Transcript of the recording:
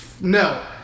no